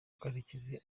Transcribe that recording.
karekezi